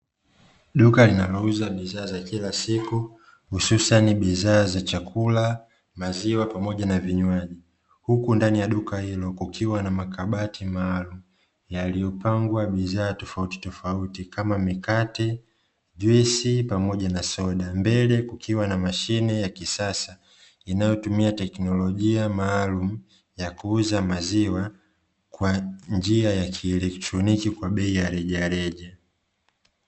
Duka linalouza bidhaa za kila siku hususan bidhaa za chakula, maziwa pamoja na vinywaji; huku ndani ya duka hilo kukiwa na makabati maalumu yaliyopangwa bidhaa tofautitofauti, kama: mikate, juisi pamoja na soda. Mbele kukiwa na mashine ya kisasa inayotumia teknolojia maalumu ya kuuza maziwa kwa njia ya kielektroniki kwa bei ya rejareja.